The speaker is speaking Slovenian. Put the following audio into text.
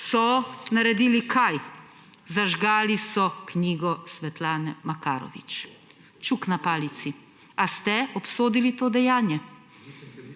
so naredili – kaj? Zažgali so knjigo Svetlane Makarovič Čuk na palici. Ali ste obsodili to dejanje?